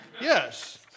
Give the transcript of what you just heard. yes